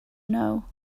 know